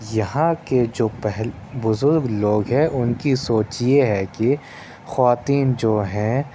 یہاں کے جو پہل بزرگ لوگ ہیں اُن کی سوچ یہ ہے کہ خواتین جو ہیں